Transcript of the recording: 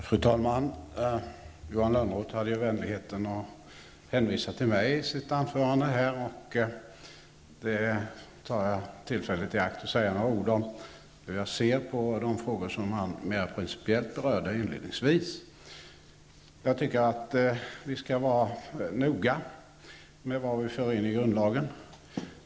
Fru talman! Johan Lönnroth hade vänligheten att hänvisa till mig i sitt anförande. Det gör att jag tar tillfället i akt att säga några ord om hur jag ser på de frågor som han mera principiellt berörde inledningsvis. Jag tycker att vi skall vara noga med vad vi för in i grundlagen.